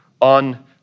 on